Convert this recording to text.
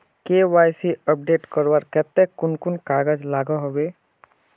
KYC update करवार केते कुन कुन कागज लागोहो होबे?